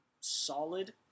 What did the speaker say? solid